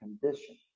condition